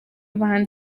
abahanzi